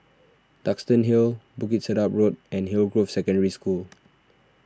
Duxton Hill Bukit Sedap Road and Hillgrove Secondary School